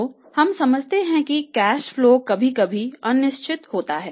तो हम समझते हैं कि कैश फ्लो कभी कभी अनिश्चित होता है